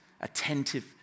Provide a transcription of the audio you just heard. attentive